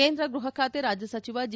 ಕೇಂದ್ರ ಗ್ಬಹ ಖಾತೆ ರಾಜ್ಯ ಸಚಿವ ಜಿ